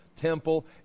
Temple